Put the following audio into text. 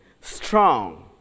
strong